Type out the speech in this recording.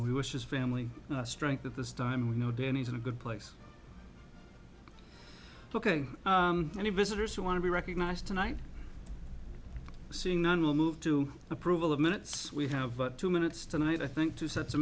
who wishes family strength at this time we know danny's in a good place ok any visitors who want to be recognized tonight seeing none will move to approval of minutes we have but two minutes tonight i think two sets of